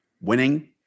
winning